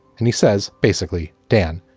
and he says basically, dan,